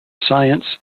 science